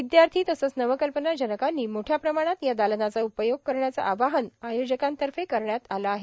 विदयार्थी तसंच नवं कल्पना जनकांनी मोठ्या प्रमाणात या दालनाचा उपयोग करण्याचं आवाहन आयोजकांतर्फे करण्यात आलं आहे